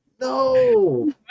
No